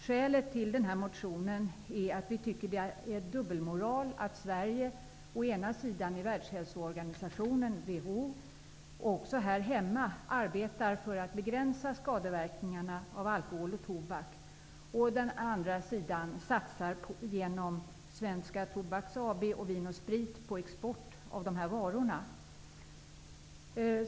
Skälet till den motionen är att vi tycker att det är dubbelmoral att Sverige å ena sidan i Världshälsoorganisationen, WHO, och också här hemma arbetar för att begränsa skadeverkningarna av alkohol och tobak och å andra sidan genom Svenska Tobaks AB och Vin & Sprit AB satsar på export av de varorna.